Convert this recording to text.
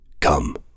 Come